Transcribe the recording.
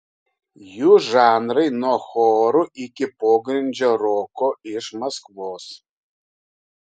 jų žanrai nuo chorų iki pogrindžio roko iš maskvos